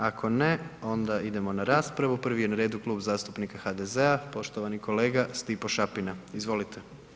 Ako ne, onda idemo na raspravu, prvi je na redu Kluba zastupnika HDZ-a, poštovani kolega Stipo Šapina, izvolite.